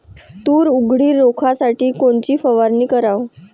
तूर उधळी रोखासाठी कोनची फवारनी कराव?